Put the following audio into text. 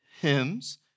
hymns